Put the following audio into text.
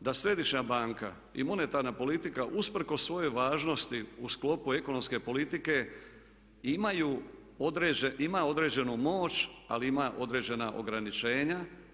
da Središnja banka i monetarna politika usprkos svojoj važnosti u sklopu ekonomske politike ima određenu moć ali ima određena ograničenja.